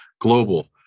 Global